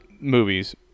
movies